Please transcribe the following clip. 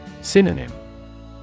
Synonym